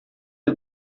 you